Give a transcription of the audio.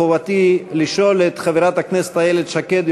חובתי לשאול את חברת הכנסת איילת שקד,